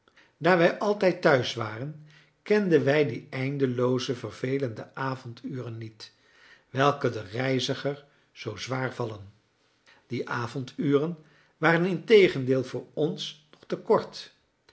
wij altijd thuis waren kenden wij die eindelooze vervelende avonduren niet welke den reiziger zoo zwaar vallen die avonduren waren integendeel voor ons